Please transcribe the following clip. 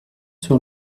sur